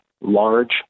large